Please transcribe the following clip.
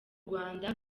rwanda